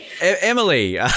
Emily